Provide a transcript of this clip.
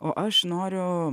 o aš noriu